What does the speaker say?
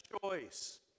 choice